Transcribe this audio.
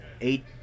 eight